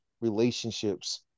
relationships